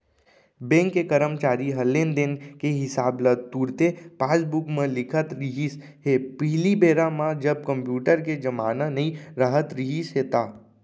bank के करमचारी ह लेन देन के हिसाब ल तुरते पासबूक म लिखत रिहिस हे पहिली बेरा म जब कम्प्यूटर के जमाना नइ राहत रिहिस हे ता